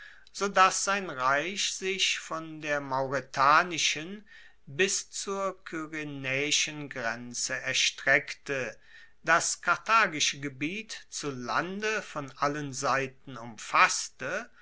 so dass sein reich sich von der mauretanischen bis zur kyrenaeischen grenze erstreckte das karthagische gebiet zu lande von allen seiten umfasste